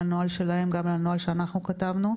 הנוהל שלהם וגם על הנוהל שאנחנו כתבנו,